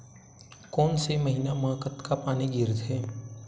कोन से महीना म कतका पानी गिरथे?